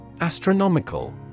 Astronomical